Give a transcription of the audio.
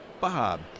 Bob